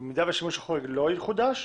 במידה והשימוש החורג לא יחודש,